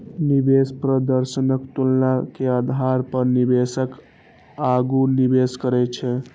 निवेश प्रदर्शनक तुलना के आधार पर निवेशक आगू निवेश करै छै